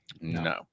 no